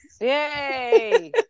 yay